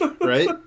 Right